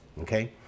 Okay